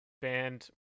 band